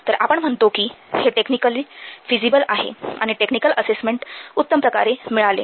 तर आपण म्हणतो की हे टेक्निकल फिजिबिल आहे आणि टेक्निकल असेसमेंट उत्तम प्रकारे मिळाले